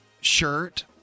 shirt